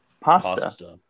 pasta